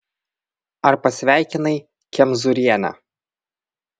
ar pasveikinai kemzūrienę